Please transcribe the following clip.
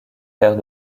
père